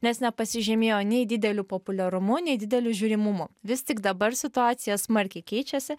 nes nepasižymėjo nei dideliu populiarumu nei dideliu žiūrimumu vis tik dabar situacija smarkiai keičiasi